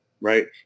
right